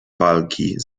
walki